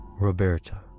Roberta